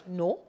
no